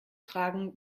tragen